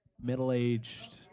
Middle-aged